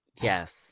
Yes